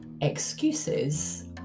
excuses